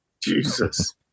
Jesus